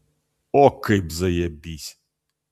o kaip zajabys